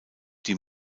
die